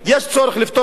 יש צורך לפתור את הבעיה,